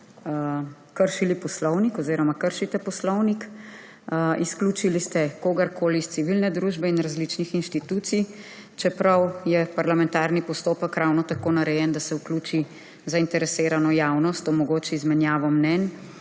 kršili poslovnik oziroma kršite poslovnik. Izključili ste kogarkoli s civilne družbe in različnih inštitucij, čeprav je parlamentarni postopek ravno tako narejen, da se vključi zainteresirana javnost, omogoči izmenjava mnenj